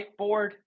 whiteboard